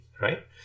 right